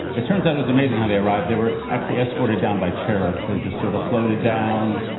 it turns out, it's amazing how they arrived. they were actually escorted down by cherubs. they just sort of floated down,